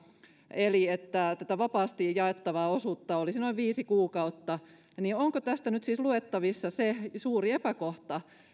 eli siitä että tätä vapaasti jaettavaa osuutta olisi noin viisi kuukautta niin onko tästä nyt siis luettavissa nimenomaan se suuri epäkohta